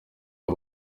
ubu